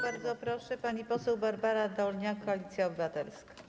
Bardzo proszę, pani poseł Barbara Dolniak, Koalicja Obywatelska.